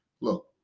look